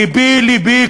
לבי-לבי,